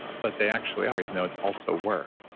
but they actually are even though it's also work.